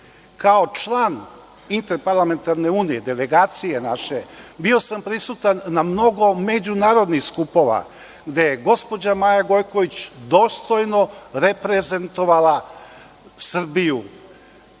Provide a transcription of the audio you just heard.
Kao član Interparlamentarne unije, naše delegacije, bio sam prisutan na mnogo međunarodnih skupova gde je gospođa Maja Gojković dostojno reprezentovala Srbiju.